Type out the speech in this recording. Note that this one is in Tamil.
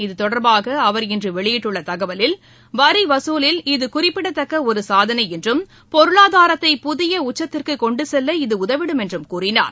இத்தொடர்பாக அவர் இன்று வெளியிட்டுள்ள தகவலில் வரி வசூலில் இது குறிப்பிடத்தக்க ஒரு சாதனை என்றும் பொருளாதாரத்தை புதிய உச்சத்திற்கு கொண்டு செல்ல இது உதவிடும் என்றும் கூறினார்